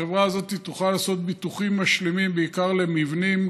החברה הזאת תוכל לעשות ביטוחים משלימים בעיקר למבנים,